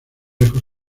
lejos